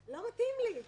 לא מתאים לי.